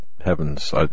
heavens